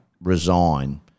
resign